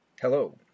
Hello